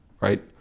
right